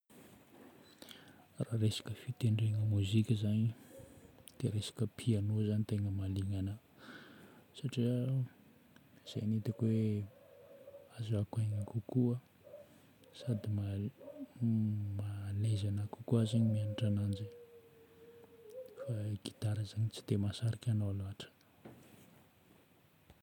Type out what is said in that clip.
Raha resaka fitendregna mozika zagny dia resaka piano zagny tegna mahaliagna ana satria izay no hitako hoe ahazoako aigna kokoa sady maha- maha à l'aise anahy kokoa zegny mianatra ananjy. Fa gitara zagny tsy dia mahasarika anahy loatra.